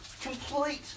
Complete